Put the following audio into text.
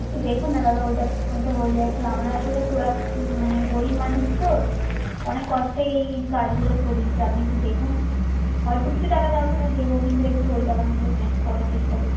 একটু দেখুন না দাদা ওই টাকার মধ্যে হয়ে যায় কি আমরা আসলে খুব এক মানে গরিব মানুষ তো অনেক কষ্টে এই কাজগুলো করিয়েছি আপনি একটু দেখুন অল্প কিছু টাকা দরকার হয় দেবো কিন্তু একটু ওই টাকার মধ্যে ম্যানেজ করার চেষ্টা করুন